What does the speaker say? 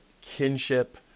kinship